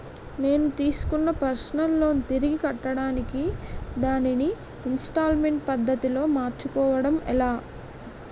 నేను తిస్కున్న personal loan తిరిగి కట్టడానికి దానిని ఇంస్తాల్మేంట్ పద్ధతి లో మార్చుకోవడం ఎలా?